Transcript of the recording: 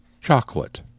chocolate